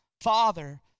Father